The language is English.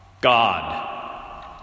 God